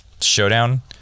showdown